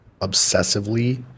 obsessively